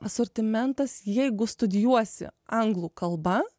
asortimentas jeigu studijuosi anglų kalba